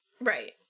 right